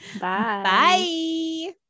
Bye